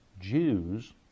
Jews